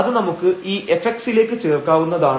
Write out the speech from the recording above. അത് നമുക്ക് ഈ fx ലേക്ക് ചേർക്കാവുന്നതാണ്